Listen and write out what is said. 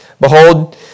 Behold